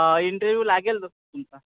interview लागेल तर तुमचा